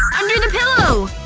under the pillow!